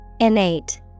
Innate